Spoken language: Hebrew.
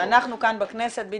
שאנחנו פה בכנסת ---,